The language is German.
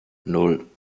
nan